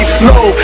slow